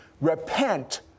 Repent